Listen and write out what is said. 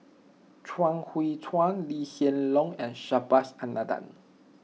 Chuang Hui Tsuan Lee Hsien Loong and Subhas Anandan